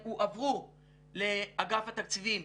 שהועברו לאגף התקציבים